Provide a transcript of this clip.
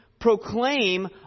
proclaim